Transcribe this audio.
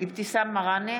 אבתיסאם מראענה,